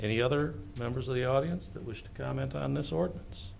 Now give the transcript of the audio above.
any other members of the audience that wish to comment on this ordinance